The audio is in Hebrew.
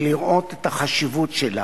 ולראות את החשיבות שלה.